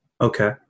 Okay